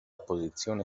posizione